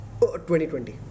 2020